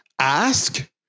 Ask